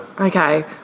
Okay